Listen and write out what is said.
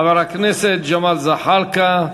חבר הכנסת ג'מאל זחאלקה.